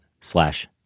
slash